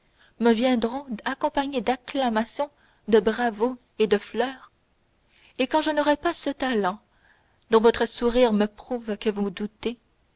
me viendront accompagnés d'acclamations de bravos et de fleurs et quand je n'aurais pas ce talent dont votre sourire me prouve que vous doutez